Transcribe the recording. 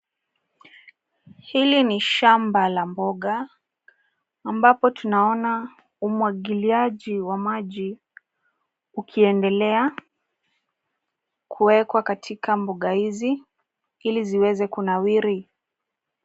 Hili ni shamba la mboga ambapo tunaona umwagiliaji wa maji ukiendelea kuwekwa katika mboga hizi ili ziweze kunawiri.